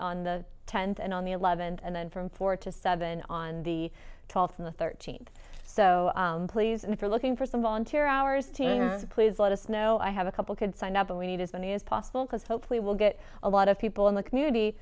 on the tenth and on the eleventh and then from four to seven on the twelfth on the thirteenth so please if you're looking for some volunteer hours please let us know i have a couple could sign up and we need as many as possible because hopefully we'll get a lot of people in the community